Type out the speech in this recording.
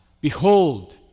behold